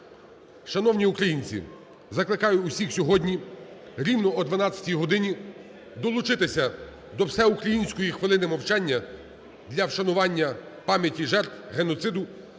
Шановні українці, закликаю усіх сьогодні рівно о 12 годині долучитися до Всеукраїнської хвилини мовчання для вшанування пам'яті жертв геноциду